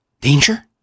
danger